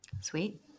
Sweet